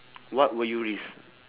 what will you risk